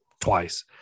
twice